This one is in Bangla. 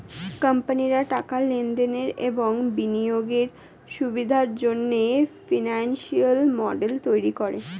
কোম্পানিরা টাকার লেনদেনের এবং বিনিয়োগের সুবিধার জন্যে ফিনান্সিয়াল মডেল তৈরী করে